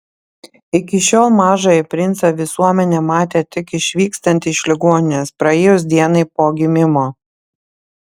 iki šiol mažąjį princą visuomenė matė tik išvykstantį iš ligoninės praėjus dienai po gimimo